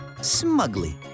smugly